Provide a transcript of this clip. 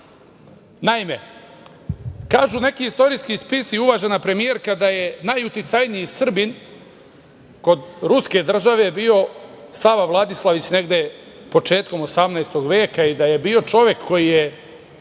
kažu neki istorijski spisi, uvažena premijerka, da je najuticajniji Srbin kod ruske države bio Sava Vladislavić, negde početkom 18. veka i da je bio čovek koji je